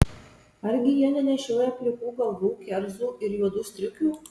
argi jie nenešioja plikų galvų kerzų ir juodų striukių